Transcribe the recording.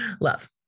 Love